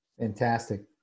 Fantastic